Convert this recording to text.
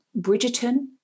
Bridgerton